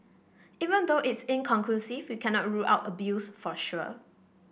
even though it's inconclusive we cannot rule out abuse for sure